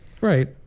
Right